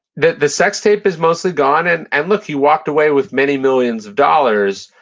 the the sex tape is mostly gone. and and look, he walked away with many millions of dollars,